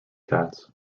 cats